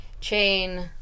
chain